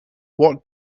what